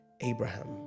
abraham